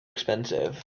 expensive